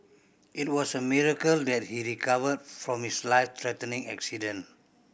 it was a miracle that he recovered from his life threatening accident